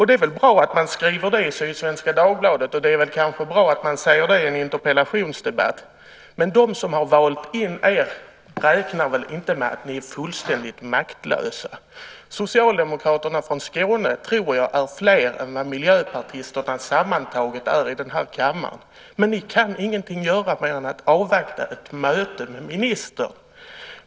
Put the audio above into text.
Det är väl bra att man skriver det i Sydsvenska Dagbladet, och det är väl kanske bra att man säger det i en interpellationsdebatt, men de som har valt in er räknar väl inte med att ni är fullständigt maktlösa. Socialdemokraterna från Skåne är, tror jag, fler än vad miljöpartisterna sammantaget är i den här kammaren, men ni kan ingenting göra mer än att avvakta ett möte med ministern.